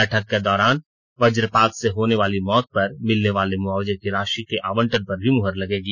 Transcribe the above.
बैठक के दौरान वज्रपात से होने वाली मौत पर मिलने वाले मुआवजे की राशि के आवंटन पर भी मुहर लगेगी